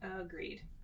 Agreed